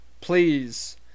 Please